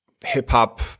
hip-hop